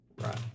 Right